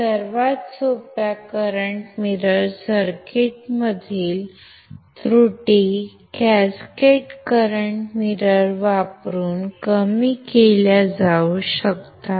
सर्वात सोप्या current mirror सर्किटमधील त्रुटी कॅस्केड करंट मिरर वापरून कमी केल्या जाऊ शकतात